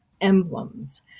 emblems